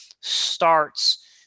starts